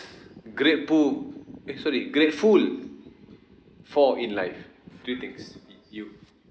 grateful eh sorry grateful for in life three things y~ you